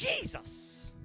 Jesus